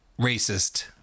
racist